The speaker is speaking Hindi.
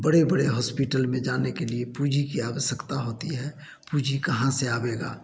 बड़े बड़े हॉस्पिटल में जाने के लिए पूँजी की आवश्यकता होती है पूँजी कहाँ से आवेगा